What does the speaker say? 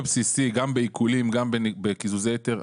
הבסיסי, גם בעיקולים וגם בקיזוזי היתר.